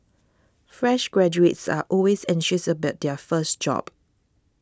fresh graduates are always anxious about their first job